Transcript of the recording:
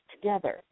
together